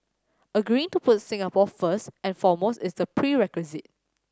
agreeing to put Singapore first and foremost is the prerequisite